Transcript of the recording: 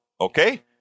okay